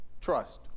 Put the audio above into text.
Trust